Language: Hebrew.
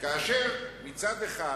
כאשר מצד אחד,